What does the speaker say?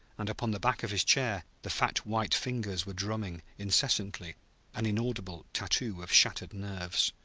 and upon the back of his chair the fat white fingers were drumming incessantly an inaudible tattoo of shattered nerves.